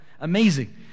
Amazing